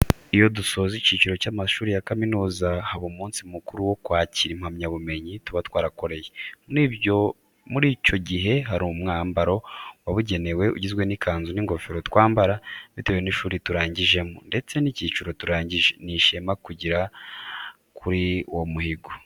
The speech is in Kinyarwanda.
Iyo dusoje ikiciro cy'amashuri ya kaminuza, haba umunsi mukuru wo kwakira impamya bumenyi tuba twarakoreye. Muri icyo gihe hari umwambaro wabugenewe ugizwe n'ikanzu n'ingofero twambara bitewe n'ishuri turangijemo ndetse n'ikiciro turangije, ni ishema kugera kuri uwo muhigo.